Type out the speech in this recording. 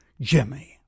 Jimmy